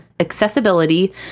accessibility